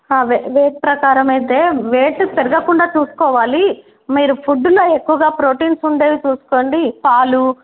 అవే weight ప్రకారమయితే weight పెరగకుండా చూసుకోవాలి మీరు ఫుడ్లో ఎక్కువగా ప్రోటీన్స్ ఉండేవి చూసుకోండి పాలు